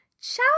ciao